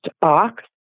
box